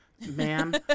ma'am